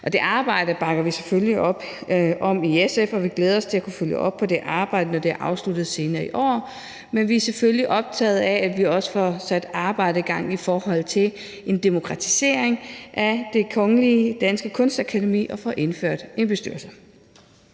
Det arbejde bakker vi selvfølgelig op om i SF, og vi glæder os til at følge op på det arbejde, når det er afsluttet senere i år. Men vi er selvfølgelig optaget af, at vi også får sat arbejdet i gang i forhold til en øget demokratisering af Det Kongelige Danske Kunstakademi og får indført en bestyrelse.